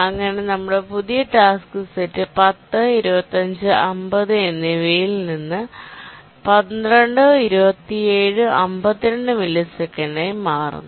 അങ്ങനെ നമ്മുടെപുതിയ task set 10 25 50 എന്നിവയിൽ നിന്ന് 12 27 52 മില്ലിസെക്കൻഡായി മാറുന്നു